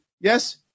Yes